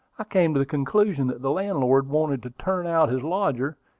i came to the conclusion that the landlord wanted to turn out his lodger,